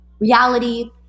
Reality